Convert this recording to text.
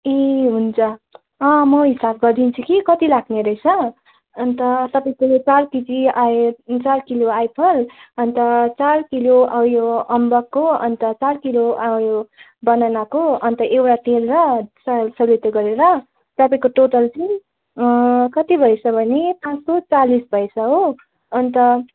ए हुन्छ अँ म हिसाब गरिदिन्छु कि कति लाग्ने रहेछ अन्त तपाईँको यो चार केजी आइ चार किलो आइफल अन्त चार किलो उयो अम्बकको अन्त चार किलो उयो बनानाको अन्त एउटा तेल र स सलेदो गरेर तपईँको टोटल चाहिँ कति भएछ भने पाँच सय चालिस भएछ हो अन्त